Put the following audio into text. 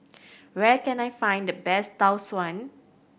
where can I find the best Tau Suan